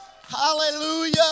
Hallelujah